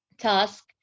task